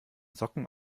socken